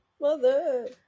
mother